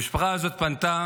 המשפחה הזאת פנתה